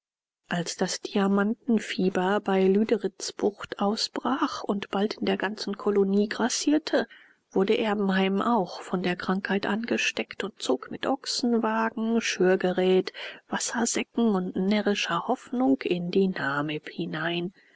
als das diamantenfieber bei lüderitzbucht ausbrach und bald in der ganzen kolonie grassierte wurde erbenheim auch von der krankheit angesteckt und zog mit ochsenwagen schürfgerat wassersäcken und närrischer hoffnung in die namib hinein